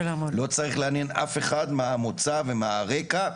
לא צריך לעניין אף אחד מה המוצע ומה הרקע,